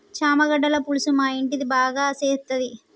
చామగడ్డల పులుసు మా ఇంటిది మా బాగా సేత్తది